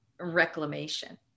reclamation